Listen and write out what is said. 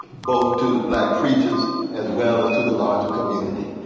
both to the black preachers as well as to the larger community.